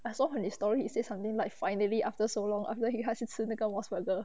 so on his story he say something like finally after so long after he 他去吃那个 mos burger